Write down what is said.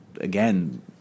again